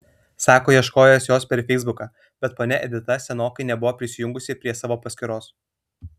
sako ieškojęs jos per feisbuką bet ponia edita senokai nebuvo prisijungusi prie savo paskyros